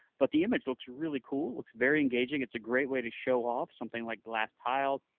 but the image looks really cool. it looks very engaging. it's a great way to show off something like glass tile.